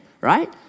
right